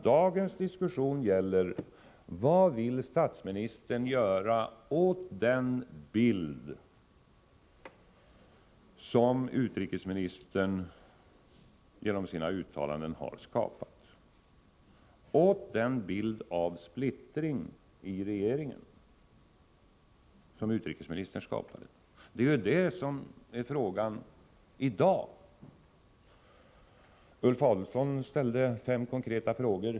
Dagens diskussion gäller: Vad vill statsministern göra åt den bild av splittring i regeringen som utrikesministern skapade? Ulf Adelsohn ställde fem konkreta frågor.